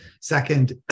Second